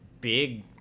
big